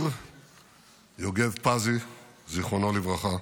יוגב פזי זכרו לברכה.